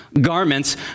garments